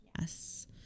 Yes